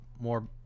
more